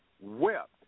wept